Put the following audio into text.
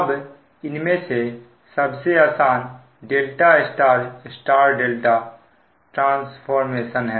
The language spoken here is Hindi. अब इनमें से सबसे आसान ∆ Y Y ∆ ट्रांसफॉर्मेशन है